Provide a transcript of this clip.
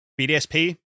BDSP